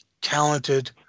talented